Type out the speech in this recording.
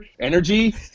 energy